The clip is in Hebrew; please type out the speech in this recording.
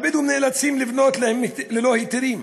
הבדואים נאלצים לבנות ללא היתרים.